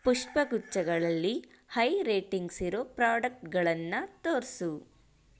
ಪುಷ್ಪಗುಚ್ಛಗಳಲ್ಲಿ high ರೇಟಿಂಗ್ಸಿರೋ ಪ್ರಾಡಕ್ಟ್ಗಳನ್ನು ತೋರಿಸು